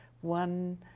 one